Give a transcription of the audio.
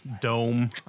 dome